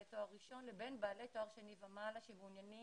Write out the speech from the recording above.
תואר ראשון לבין בעלי תואר שני ומעלה שמעוניינים